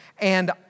and